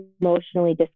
emotionally